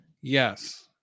yes